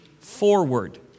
forward